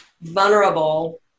vulnerable